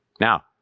Now